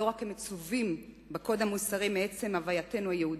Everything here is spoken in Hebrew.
לא רק כמצווים בקוד המוסרי מעצם הווייתנו היהודית,